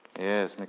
Yes